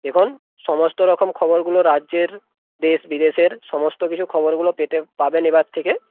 এখন সমস্ত রকম খবরগুলো রাজ্যের দেশ বিদেশের সমস্ত কিছু খবরগুলো পেতে পাবেন এবার থেকে